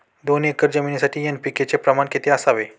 दोन एकर जमिनीसाठी एन.पी.के चे प्रमाण किती असावे?